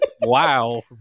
Wow